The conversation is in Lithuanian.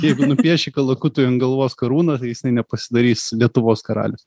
jeigu nupieši kalakutui ant galvos karūną tai jisai nepasidarys lietuvos karalius